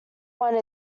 one